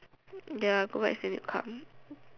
then I go back still need to come